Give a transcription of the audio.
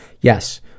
Yes